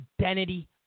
identity